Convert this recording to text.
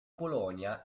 polonia